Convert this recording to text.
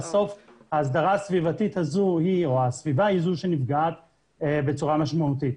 בסוף ההסדרה הסביבתית הזאת או הסביבה היא זו שנפגעת בצורה משמעותית.